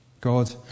God